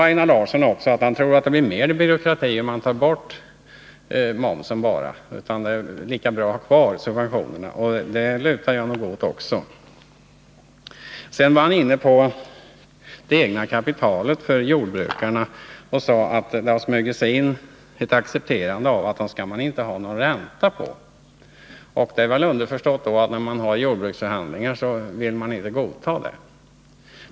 Einar Larsson sade att han tror att det blir mer byråkratiskt om man bara tar bort momsen och att det är lika bra att ha kvar subventionerna. Jag lutar alltså också åt det. Vidare var Einar Larsson inne på frågan om jordbrukarnas eget kapital och sade att det har smugit sig in en uppfattning att man skall acceptera att jordbrukarna inte skall ha någon ränta på detta egna kapital. Det var väl underförstått att man inte i jordbruksförhandlingarna vill godta den synpunkten.